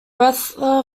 bertha